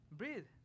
breathe